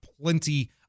plenty